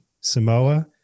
Samoa